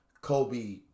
Kobe